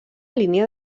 línia